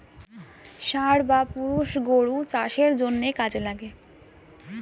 ষাঁড় বা পুরুষ গরু চাষের জন্যে কাজে লাগে